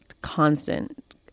constant